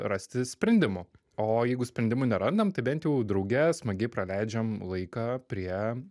rasti sprendimų o jeigu sprendimų nerandam tai bent jau drauge smagiai praleidžiam laiką prie